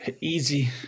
Easy